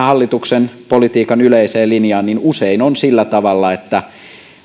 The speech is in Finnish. hallituksen politiikan yleiseen linjaan niin usein on sillä tavalla että